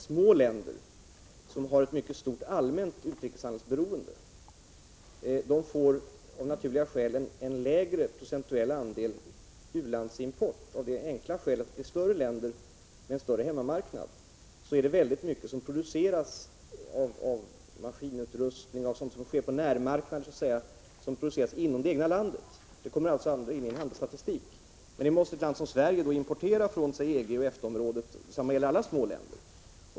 Små länder, som har ett mycket stort allmänt utrikeshandelsberoende, får en lägre procentuell andel u-landsimport av det enkla skälet att det i större länder med större hemmamarknad är mycket som produceras på närmarknaden inom det egna landet av maskinutrustning o. d. och aldrig kommer med i handelsstatistiken. Men vi måste i ett land som Sverige importera från EG och EFTA-området, och detsamma gäller alla små länder.